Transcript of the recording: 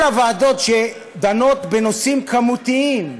כל הוועדות שדנות בנושאים כמותיים.